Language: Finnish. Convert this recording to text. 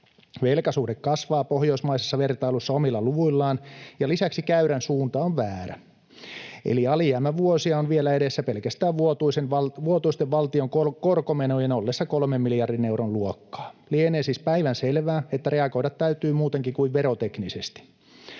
Velkasuhde kasvaa pohjoismaisessa vertailussa omilla luvuillaan, ja lisäksi käyrän suunta on väärä. Eli alijäämävuosia on vielä edessä pelkästään vuotuisten valtion korkomenojen ollessa kolmen miljardin euron luokkaa. Lienee siis päivänselvää, että reagoida täytyy muutenkin kuin veroteknisesti.